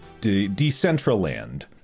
Decentraland